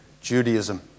Judaism